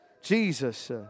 Jesus